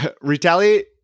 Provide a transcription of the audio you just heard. Retaliate